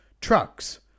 trucks